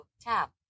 tap